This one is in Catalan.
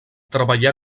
treballà